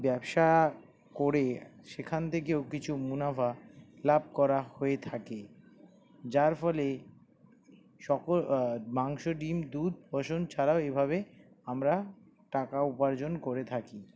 ব্যবসা করে সেখান থেকেও কিছু মুনাফা লাভ করা হয়ে থাকে যার ফলে সক মাংস ডিম দুধ পশম ছাড়াও এইভাবে আমরা টাকা উপার্জন করে থাকি